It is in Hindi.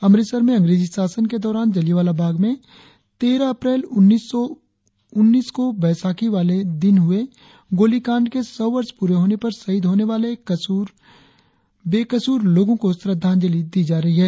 अमृतसर में अंग्रेजी शासन के दौरान जलियांवाला बाग में तेरह अप्रैल उन्नीस सौ उन्नीस को बैसाखी वाले दिन हुए गोलीकांड के सौ वर्ष पूरे होने पर शहीद होने वाले कसूर लोगों को श्रद्दांजलि दि जा रही है